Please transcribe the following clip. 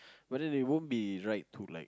whether they won't be right to like